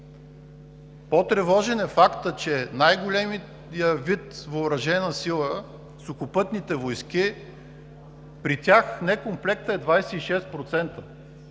По-тревожен е фактът, че най-големият вид въоръжени сили – Сухопътните войски, при тях некомплектът е 26%,